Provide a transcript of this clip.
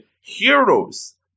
Heroes